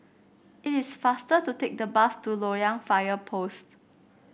it is faster to take the bus to Loyang Fire Post